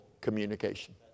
communication